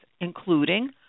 including